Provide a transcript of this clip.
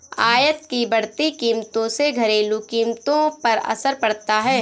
आयात की बढ़ती कीमतों से घरेलू कीमतों पर असर पड़ता है